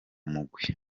mugwi